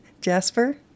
Jasper